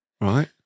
Right